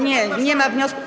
Nie, nie ma wniosku.